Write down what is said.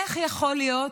איך יכול להיות?